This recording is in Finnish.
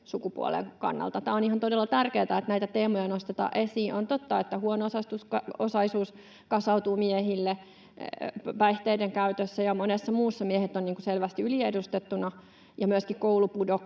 miessukupuolen kannalta. On ihan todella tärkeätä, että näitä teemoja nostetaan esiin. On totta, että huono-osaisuus kasautuu miehille, päihteiden käytössä ja monessa muussa miehet ovat selvästi yliedustettuina. Myöskin koulupudokkuudessa